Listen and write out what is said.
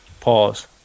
Pause